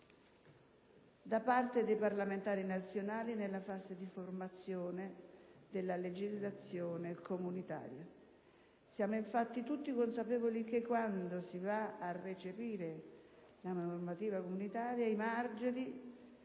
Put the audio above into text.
da parte dei Parlamenti nazionali nella fase di formazione della legislazione comunitaria. Siamo infatti tutti consapevoli che quando si va a recepire la normativa comunitaria i margini